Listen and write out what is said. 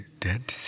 dead